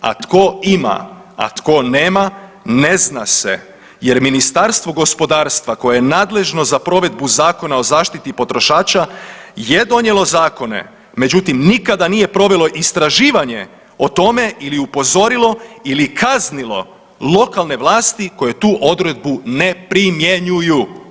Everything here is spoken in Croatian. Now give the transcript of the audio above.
A tko ima, a tko nema, ne zna se jer Ministarstvo gospodarstva koje je nadležno za provedbu Zakona o zaštiti potrošača je donijelo zakone međutim nikada nije provelo istraživanje o tome ili upozorilo ili kaznilo lokalne vlasti koje tu odredbu ne primjenjuju.